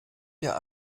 der